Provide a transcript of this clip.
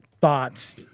thoughts